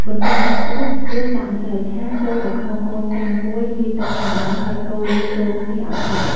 បន្ទាប់មកទៀត យើងដាក់ម្សៅឆាចូលទៅក្នុងកូនចានមួយលាយទឺកធម្មតា ហើយកូរវាចូលគ្នាឱ្យសព្វ។